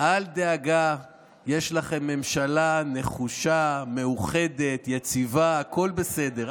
יש לכם ממשלה נחושה, מאוחדת, יציבה, הכול בסדר.